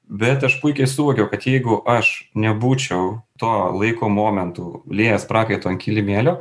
bet aš puikiai suvokiau kad jeigu aš nebūčiau to laiko momentu liejęs prakaito ant kilimėlio